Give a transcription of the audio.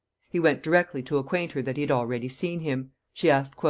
he went directly to acquaint her that he had already seen him. she asked,